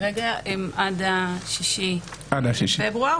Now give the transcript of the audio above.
הן עד ה-6 בפברואר,